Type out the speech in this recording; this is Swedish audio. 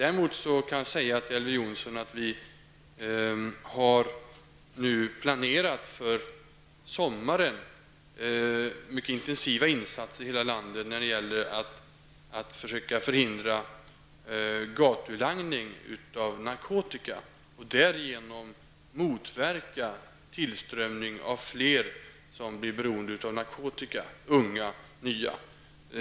Regeringen har nu planerat för sommaren med intensiva insatser i hela landet när det gäller att försöka förhindra gatulangning av narkotika i syfte att därigenom motverka tillströmningen av fler nya fall och unga som blir beroende av narkotika.